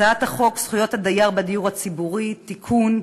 הצעת חוק זכויות הדייר בדיור הציבורי (תיקון,